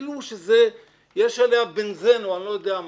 כאילו שיש עליה, אני לא יודע מה,